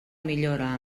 millora